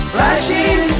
Flashing